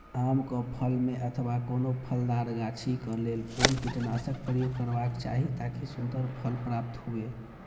आम क फल में अथवा कोनो फलदार गाछि क लेल कोन कीटनाशक प्रयोग करबाक चाही ताकि सुन्दर फल प्राप्त हुऐ?